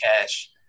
cash